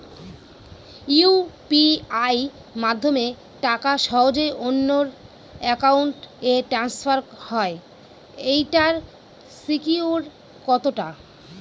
UPI মাধ্যমে টাকা সহজেই অন্যের অ্যাকাউন্ট ই ট্রান্সফার হয় এইটার সিকিউর কত টা?